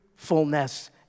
Fullness